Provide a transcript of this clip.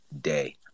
day